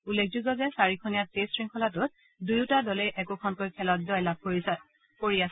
উল্লেখযোগ্য যে চাৰিখনীয়া টেষ্ট শৃংখলাটোত দুয়োটা দলেই একোখনকৈ খেলত জয়লাভ কৰি আছে